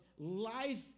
Life